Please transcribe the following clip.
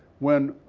when